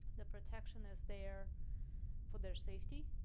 the protection is there for their safety,